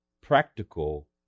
practical